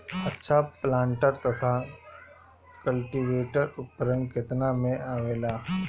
अच्छा प्लांटर तथा क्लटीवेटर उपकरण केतना में आवेला?